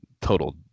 Total